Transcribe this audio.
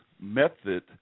method